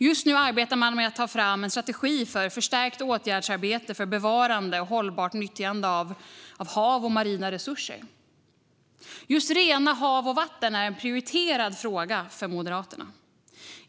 Just nu arbetar man med att ta fram en strategi för förstärkt åtgärdsarbete för bevarande och hållbart nyttjande av hav och marina resurser. Just rena hav och vatten är en prioriterad fråga för Moderaterna.